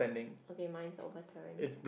okay mine's overturned